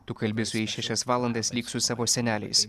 tu kalbi su jais šešias valandas lyg su savo seneliais